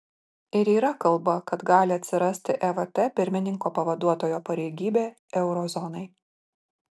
ir yra kalba kad gali atsirasti evt pirmininko pavaduotojo pareigybė euro zonai